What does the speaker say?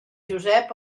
josep